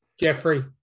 Jeffrey